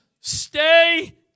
stay